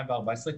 ב-2014,